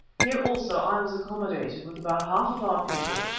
here also i was accommodated, with about half of our people,